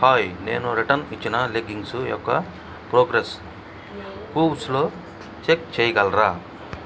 hi నేను return ఇచ్చిన leggings యొక్క ప్రోగ్రెస్ కూవ్స్లో చెక్ చేయగలరా